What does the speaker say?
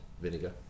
vinegar